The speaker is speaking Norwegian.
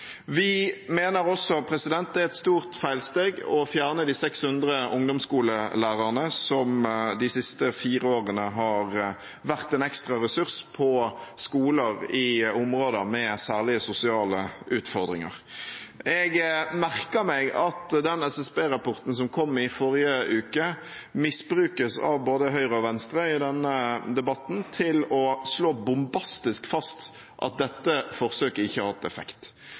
Vi mener også at det er et stort feilsteg å fjerne de 600 ungdomsskolelærerne som de siste fire årene har vært en ekstra ressurs på skoler i områder med særlige sosiale utfordringer. Jeg merker meg at den SSB-rapporten som kom i forrige uke, misbrukes av både Høyre og Venstre i denne debatten til å slå bombastisk fast at dette forsøket ikke har hatt effekt.